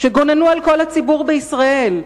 שגוננו על כל הציבור בישראל,